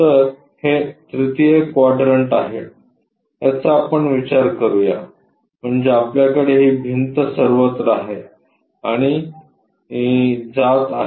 तर हे तृतीय क्वाड्रन्ट आहे याचा आपण विचार करूया म्हणजे आपल्याकडे ही भिंत सर्वत्र आहे आणि जात आहे